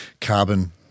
carbon